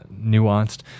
nuanced